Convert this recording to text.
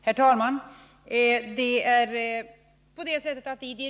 Herr talman!